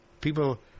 People